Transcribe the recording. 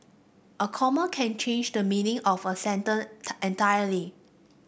a comma can change the meaning of a entirely